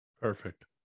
Perfect